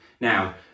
Now